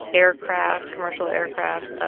aircraft commercial aircraft, ah